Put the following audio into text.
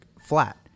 flat